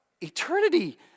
eternity